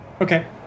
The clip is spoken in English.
Okay